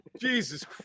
Jesus